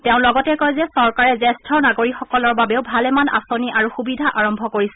তেওঁ লগতে কয় যে চৰকাৰে জ্যেষ্ঠ নাগৰিকসকলৰ বাবেও ভালেমান আঁচনি আৰু সুবিধা আৰম্ভ কৰিছে